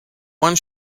one